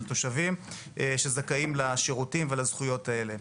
תושבים שזכאים לשירותים ולזכויות האלה.